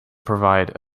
provide